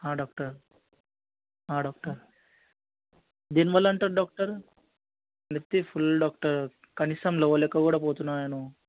doctor doctor దేనివల్ల అంటారు doctor నొప్పి ఫుల్ డాక్టర్ కనీసం లేవలేక కూడా పోతున్నాను నేను